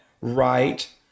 right